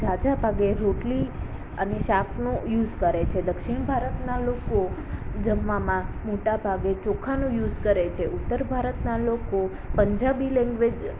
ઝાઝા ભાગે રોટલી અને શાકનો યુસ કરે છે દક્ષિણ ભારતના લોકો જમવામાં મોટાં ભાગે ચોખાનો યુસ કરે છે ઉત્તર ભારતના લોકો પંજાબી લેંગ્વેજ